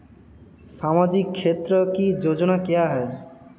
सामाजिक क्षेत्र की योजना क्या है?